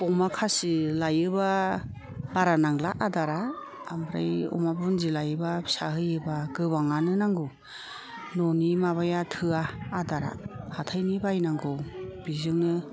अमा खासि लायोबा बारा नांला आदारा ओमफ्राय आमा बुन्दि लायोबा फिसा होयोबा गोबाङानो नांगौ न'नि माबाया थोआ आदारा हाथाइनि बायनांगौ बिजोंनो